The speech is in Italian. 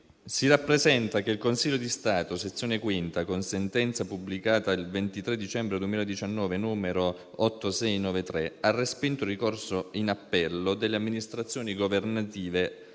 si rappresenta che il Consiglio di Stato, Sezione V, con sentenza pubblicata il 23 dicembre 2019, n. 8693, ha respinto il ricorso in appello delle amministrazioni governative